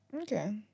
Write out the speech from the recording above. Okay